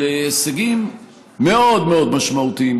של הישגים מאוד מאוד משמעותיים,